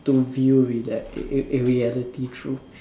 to view reality re~ reality to to view reality through